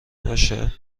باشه